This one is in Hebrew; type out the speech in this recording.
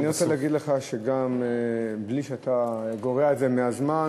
שגם בלי שאתה גורע מהזמן,